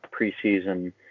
preseason